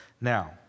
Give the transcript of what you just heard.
Now